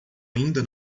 ainda